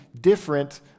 different